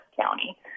County